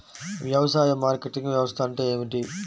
వ్యవసాయ మార్కెటింగ్ వ్యవస్థ అంటే ఏమిటి?